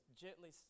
gently